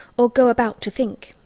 or go about to think.